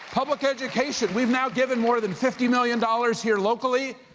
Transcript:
public education, we've now given more than fifty million dollars here locally.